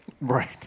right